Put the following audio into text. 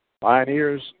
Pioneers